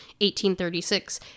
1836